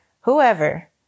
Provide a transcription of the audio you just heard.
whoever